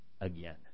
again